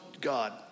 God